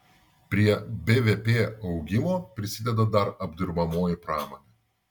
prie bvp augimo prisideda dar apdirbamoji pramonė